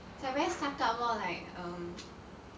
it's like very suck up lor like um